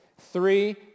Three